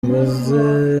mbanze